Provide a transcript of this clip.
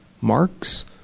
marks